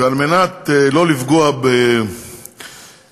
וכדי שלא לפגוע בתקציב,